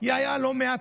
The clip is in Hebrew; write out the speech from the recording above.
הייתה לא מעט